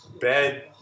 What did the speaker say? bed